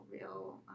real